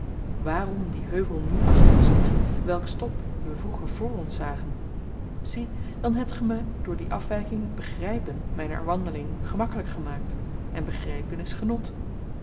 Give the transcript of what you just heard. wààrom die heuvel nu achter ons ligt welks top we vroeger vr ons zagen zie dan hebt ge my door die afwyking t begrypen myner wandeling gemakkelyk gemaakt en begrypen is genot